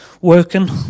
working